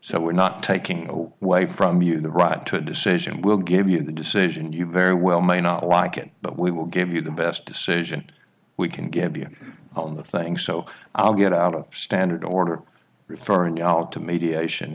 so we're not taking a way from you the right to a decision we'll give you the decision you very well may not like it but we will give you the best decision we can give you on the thing so i'll get out of standard order referring out to mediation